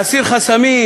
להסיר חסמים